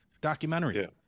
documentary